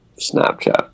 snapchat